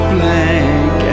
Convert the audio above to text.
Blank